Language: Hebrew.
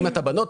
אם אתה בנות,